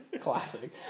Classic